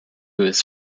was